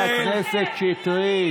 תתביישו לכם.